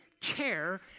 care